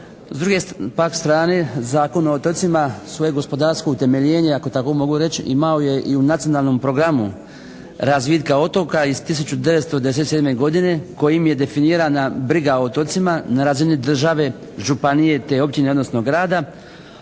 S druge pak strane Zakon o otocima svoje gospodarsko utemeljenje, ako tako mogu reći, imao je i u Nacionalnom programu razvitka otoka iz 1997. godine kojim je definirana briga o otocima na razini države, županije, te općine odnosno grada,